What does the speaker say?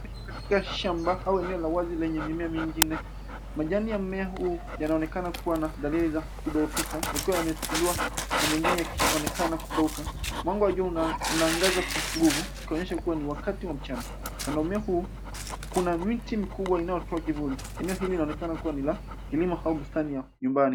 Ni katika shamba au eneo la wazi lenye mimea mingi na majani ya mmea huu yanaonekana kuwa na dalili za kudhoofika yakiwa yamepindua na mengine yakionekana kukauka. Mwanga wa jua unaangaza kwa nguvu ukionyesha kuwa ni wakati wa mchana. Kando ya mmea huu, kuna miti mikubwa inayotoa kivuli. Eneo hili linaonekana kuwa ni la kilimo au bustani ya nyumbani.